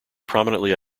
prominently